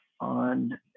on